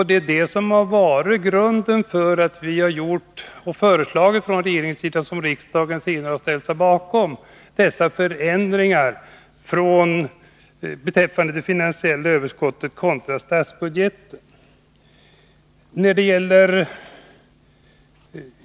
Det är det som har varit grunden för att vi från regeringens sida lagt fram förslag, som riksdagen sedan har antagit, om förändringar beträffande det finansiella överskottet kontra statsbudgeten.